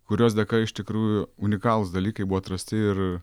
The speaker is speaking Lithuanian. kurios dėka iš tikrųjų unikalūs dalykai buvo atrasti ir